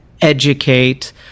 educate